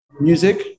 music